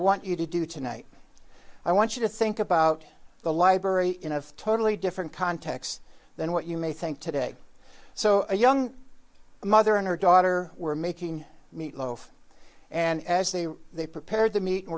want you to do tonight i want you to think about the library in a totally different context than what you may think today so a young mother and her daughter were making meatloaf and as they were they prepared to meet